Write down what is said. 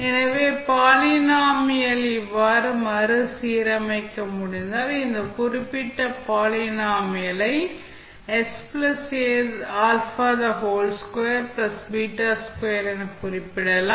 எனவே பாலினாமியல் ஐ இவ்வாறு மறுசீரமைக்க முடிந்தால் இந்த குறிப்பிட்ட பாலினாமியல் ஐ என குறிப்பிடலாம்